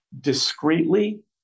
discreetly